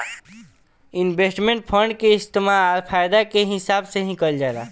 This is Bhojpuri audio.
इन्वेस्टमेंट फंड के इस्तेमाल फायदा के हिसाब से ही कईल जाला